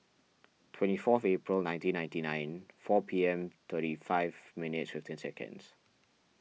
twenty four April nineteen ninety nine four P M thirty five minuets fifteen seconds